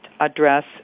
address